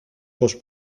πως